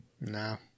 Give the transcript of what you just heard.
No